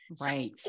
right